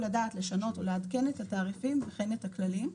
הדעת לעדכן ולשנות את התעריפים וכן את הכללים.